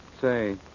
Say